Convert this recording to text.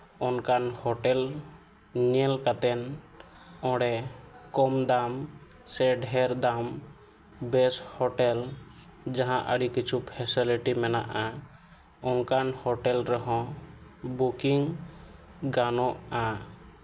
ᱚᱱᱠᱟᱱ ᱦᱳᱴᱮᱹᱞ ᱧᱮᱞ ᱠᱟᱛᱮᱫ ᱚᱸᱰᱮ ᱠᱚᱢ ᱫᱟᱢ ᱥᱮ ᱰᱷᱮᱹᱨ ᱫᱟᱢ ᱵᱮᱹᱥ ᱦᱳᱴᱮᱹᱞ ᱡᱟᱦᱟᱸ ᱟᱹᱰᱤ ᱠᱤᱪᱷᱩ ᱯᱷᱮᱥᱮᱞᱮᱴᱤ ᱢᱮᱱᱟᱜᱼᱟ ᱚᱱᱠᱟᱱ ᱦᱳᱴᱮᱹᱞ ᱨᱮᱦᱚᱸ ᱵᱩᱠᱤᱝ ᱜᱟᱱᱚᱜᱼᱟ